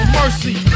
mercy